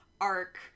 arc